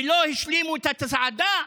ולא השלימו את הצעדה,